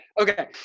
okay